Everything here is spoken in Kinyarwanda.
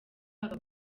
aba